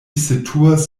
situas